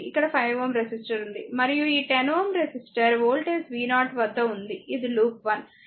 ఇక్కడ 5 Ω రెసిస్టర్ ఉంది మరియు ఈ 10 Ω రెసిస్టర్ వోల్టేజ్ v0 వద్ద ఉంది ఇది లూప్ 1